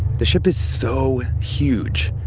the ship is so huge,